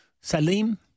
Salim